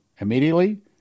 Immediately